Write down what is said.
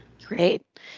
Great